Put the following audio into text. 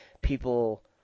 people